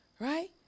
Right